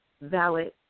Valid